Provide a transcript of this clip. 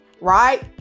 right